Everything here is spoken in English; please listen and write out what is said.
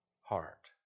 heart